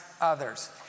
others